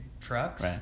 trucks